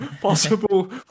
possible